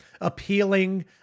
appealing